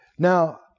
Now